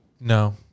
No